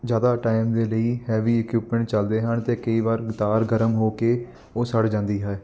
ਜ਼ਿਆਦਾ ਟਾਈਮ ਦੇ ਲਈ ਹੈਵੀ ਇਕਿਉਪਮੈਂਟ ਚਲਦੇ ਹਨ ਅਤੇ ਕਈ ਵਾਰ ਤਾਰ ਗਰਮ ਹੋ ਕੇ ਉਹ ਸੜ ਜਾਂਦੀ ਹੈ